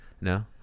No